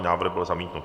Návrh byl zamítnut.